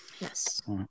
Yes